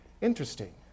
interesting